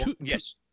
yes